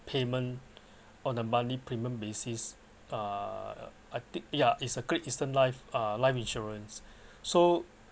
payment on the monthly premium basis uh I take yeah it's a great eastern life uh life insurance so